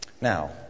Now